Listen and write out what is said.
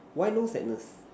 why no sadness